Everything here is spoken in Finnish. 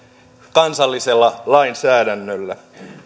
kansallisella lainsäädännöllä